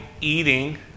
eating